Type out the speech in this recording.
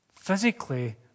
physically